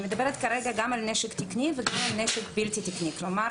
אני מדברת כרגע גם על נשק תקני וגם על נשק בלתי תקני - כלומר,